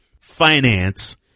finance